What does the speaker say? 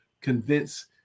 convince